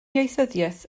ieithyddiaeth